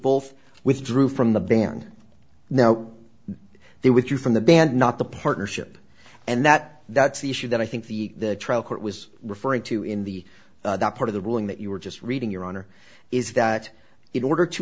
both withdrew from the band now they withdrew from the band not the partnership and that that's the issue that i think the trial court was referring to in the part of the ruling that you were just reading your honor is that in order to